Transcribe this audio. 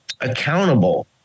accountable